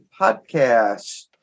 Podcast